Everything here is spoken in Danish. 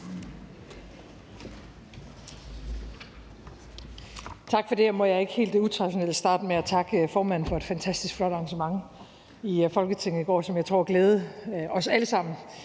Tak for det. Må jeg ikke helt utraditionelt starte med at takke formanden for et fantastisk flot arrangement i Folketinget i går, som jeg tror glædede os alle sammen.